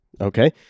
okay